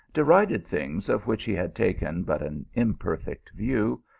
derided things of which he had taken but an imperfect view,